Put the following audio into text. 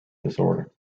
disorder